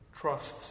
trusts